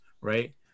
right